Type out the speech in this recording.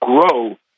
grow